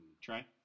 Try